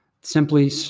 simply